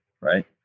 right